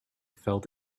felt